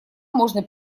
можно